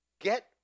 get